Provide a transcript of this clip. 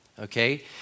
Okay